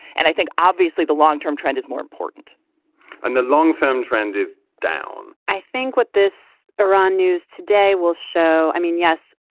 and i think obviously the long term trend is more important in and the long term trend is down i think what this iran news today will show, i mean, yes.